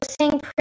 sing